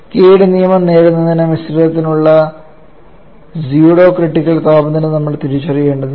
കേയുടെ നിയമം നേടുന്നതിന് മിശ്രിതത്തിനായുള്ള സ്യൂഡോ ക്രിട്ടിക്കൽ താപനില നമ്മൾ തിരിച്ചറിയേണ്ടതുണ്ട്